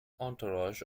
entourage